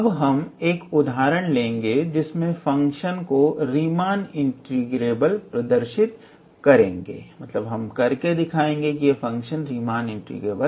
अब हम एक उदाहरण लेंगे जिसमें फंक्शन को रीमान इंटीग्रेबल प्रदर्शित करेंगे